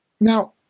Now